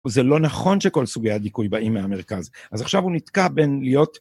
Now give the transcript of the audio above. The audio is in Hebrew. וזה לא נכון שכל סוגי הדיכוי באים מהמרכז. אז עכשיו הוא נתקע בין להיות...